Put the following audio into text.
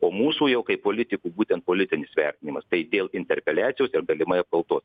o mūsų jau kaip politikų būtent politinis vertinimas tai dėl interpeliacijos ir galimai apkaltos